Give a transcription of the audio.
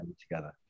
together